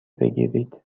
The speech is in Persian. بگیرید